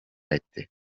etti